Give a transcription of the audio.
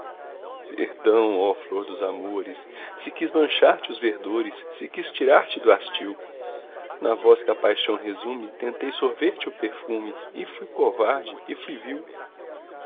perdão oh flor dos amores se quis manchar te os verdores se quis tirar te do hastil na voz que a paixão resume tentei sorver te o perfume e fui covarde e fui vil